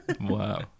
wow